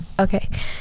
okay